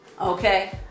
Okay